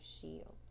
shield